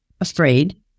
afraid